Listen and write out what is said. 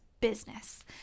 business